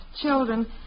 children